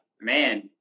man